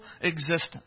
existence